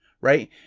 right